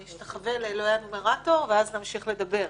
אני אשתחווה לאלוהי הנומרטור ואז נמשיך לדבר.